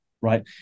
Right